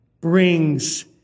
brings